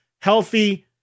Healthy